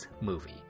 movie